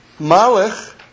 Malach